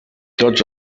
tots